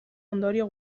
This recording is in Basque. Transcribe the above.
ondorio